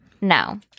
No